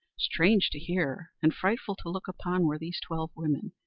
strange to hear, and frightful to look upon, were these twelve women,